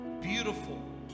beautiful